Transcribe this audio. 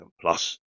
plus